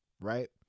Right